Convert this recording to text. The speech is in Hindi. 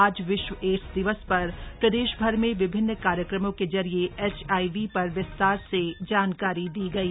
आज विश्व एड्स दिवस पर प्रदेशभर में विभिन्न कार्यक्रमों के जरिए एचआईवी पर विस्तार से जानकारी दी गई